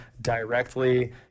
directly